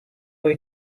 way